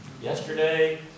Yesterday